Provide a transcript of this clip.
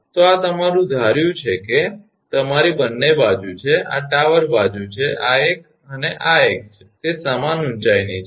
તો આ તમારું ધાર્યું છે કે તે તમારી બંને બાજુ છે આ ટાવર બાજુ છે આ એક અને આ એક છે તે સમાન ઊંચાઇની છે